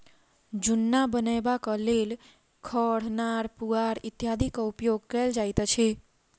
जुन्ना बनयबाक लेल खढ़, नार, पुआर इत्यादिक उपयोग कयल जाइत अछि